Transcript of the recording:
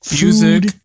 Music